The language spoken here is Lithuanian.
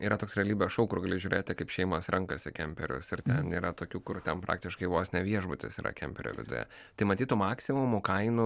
yra toks realybės šou kur gali žiūrėti kaip šeimos rankasi kemperius ir ten yra tokių kur ten praktiškai vos ne viešbutis yra kemperio viduje tai matyt tų maksimumų kainų